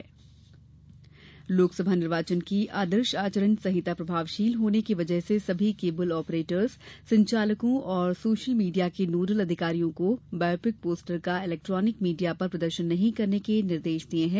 electronic media Lok Sabha निर्वाचन की आदर्श आचार संहिता प्रभावशील होने की वजह से सभी केवल ऑपरेटर संचालकों और सोशल मीडिया के नोडल अधिकारी को बायोपिक पोस्टरों का इलेक्ट्रॉनिक मीडिया पर प्रदर्शन नहीं करने के निर्देश दिये गये हैं